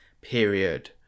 period